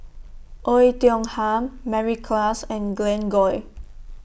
Oei Tiong Ham Mary Klass and Glen Goei